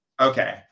Okay